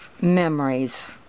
memories